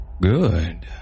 Good